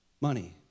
Money